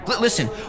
Listen